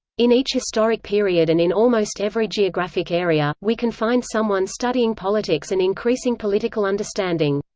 in each historic period and in almost every geographic area, we can find someone studying politics and increasing political understanding.